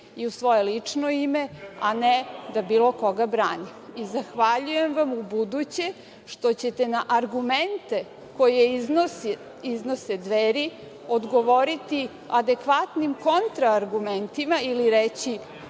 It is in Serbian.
i u svoje lično ime, a ne da bilo koga branim. Zahvaljujem vam ubuduće što ćete na argumente koje iznose Dveri odgovoriti adekvatnim kontra argumentima ili reći